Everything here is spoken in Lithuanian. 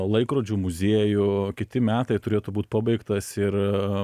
laikrodžių muziejų kiti metai turėtų būt pabaigtas ir